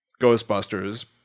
Ghostbusters